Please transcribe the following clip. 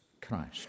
Christ